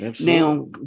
Now